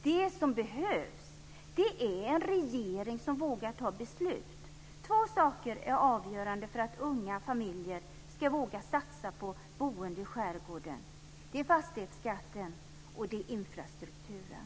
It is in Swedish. Det som behövs är en regering som vågar ta beslut. Två saker är avgörande för att unga familjer ska våga satsa på boende i skärgården: fastighetsskatten och infrastrukturen.